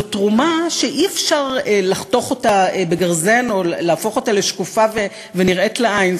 זו תרומה שאי-אפשר לחתוך אותה בגרזן או להפוך אותה לשקופה ונראית לעין,